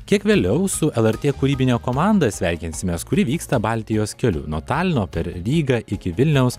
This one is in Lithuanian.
kiek vėliau su lrt kūrybine komanda sveikinsimės kuri vyksta baltijos keliu nuo talino per rygą iki vilniaus